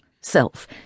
self